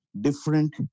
different